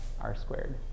R-squared